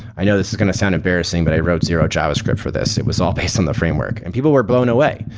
i know this is going to sound embarrassing, but i wrote zero javascript for this. it was all based on the framework, and people were blown away.